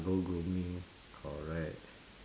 go grooming correct